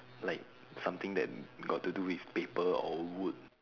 like something that got to do with paper or wood